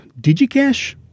Digicash